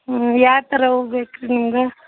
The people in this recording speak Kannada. ಹ್ಞೂ ಯಾವ ಥರ ಹೂ ಬೇಕು ರೀ ನಿಮ್ಗೆ